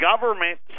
government